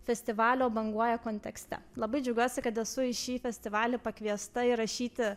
festivalio banguoja kontekste labai džiaugiuosi kad esu į šį festivalį pakviesta įrašyti